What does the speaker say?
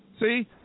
See